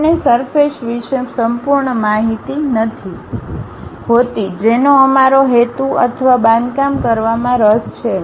આપણને સરફેસ વિશે સંપૂર્ણ માહિતી નથી હોતી જેનો અમારો હેતુ અથવા બાંધકામ કરવામાં રસ છે